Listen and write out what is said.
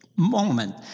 Moment